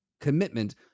commitment